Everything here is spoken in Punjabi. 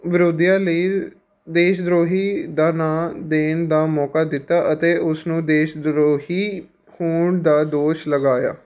ਵਿਰੋਧੀਆਂ ਲਈ ਦੇਸ਼ ਧਰੋਹੀ ਦਾ ਨਾਂ ਦੇਣ ਦਾ ਮੌਕਾ ਦਿੱਤਾ ਅਤੇ ਉਸ ਨੂੰ ਦੇਸ਼ ਧਰੋਹੀ ਹੋਣ ਦਾ ਦੋਸ਼ ਲਗਾਇਆ